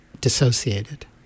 dissociated